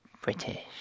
British